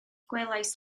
gwelais